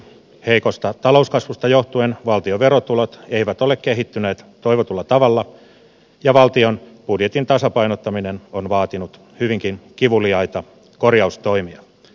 heikosta talouskasvusta johtuen valtion verotulot eivät ole kehittyneet toivotulla tavalla ja valtion budjetin tasapainottaminen on vaatinut hyvinkin kivuliaita korjaustoimia